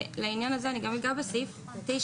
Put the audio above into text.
בעניין הזה אני גם אגע בסעיף 9א(ב)(4),